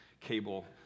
cable